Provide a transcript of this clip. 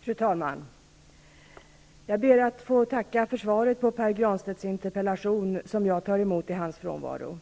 Fru talman! Jag ber att få tacka för svaret på Pär Granstedts interpellation, som jag tar emot i hans frånvaro.